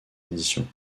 éditions